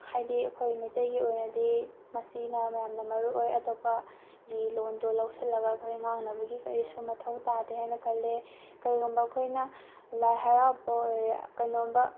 ꯍꯥꯏꯗꯤ ꯑꯩꯈꯣꯏ ꯃꯩꯇꯩꯒꯤ ꯑꯣꯏꯅꯗꯤ ꯃꯁꯤꯅ ꯌꯥꯝꯅ ꯃꯔꯨ ꯑꯣꯏ ꯑꯇꯣꯞꯄꯒꯤ ꯂꯣꯟꯗꯣ ꯂꯧꯁꯜꯤꯂꯒ ꯑꯩꯈꯣꯏꯅ ꯉꯥꯡꯅꯕꯒꯤ ꯀꯔꯤꯁꯨ ꯃꯊꯧ ꯇꯥꯗꯦ ꯍꯥꯏꯅ ꯈꯜꯂꯦ ꯀꯔꯤꯒꯨꯝꯕ ꯑꯩꯈꯣꯏꯅ ꯂꯥꯏ ꯍꯔꯥꯎꯕ ꯑꯣꯏꯔꯣ ꯀꯩꯅꯣꯝꯃ